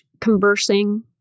conversing